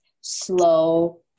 slow